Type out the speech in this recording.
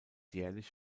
jährlich